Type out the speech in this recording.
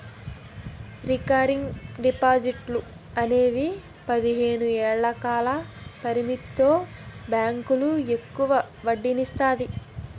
recurring డిపాజిట్లు అనేవి పదిహేను ఏళ్ల కాల పరిమితితో బ్యాంకులు ఎక్కువ వడ్డీనందిస్తాయి